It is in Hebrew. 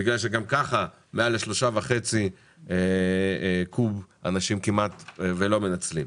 גם כך, מעל 3.5 קוב, אנשים כמעט ולא מנצלים.